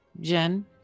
Jen